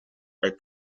are